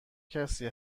کسی